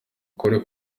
ukuri